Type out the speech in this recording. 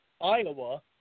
Iowa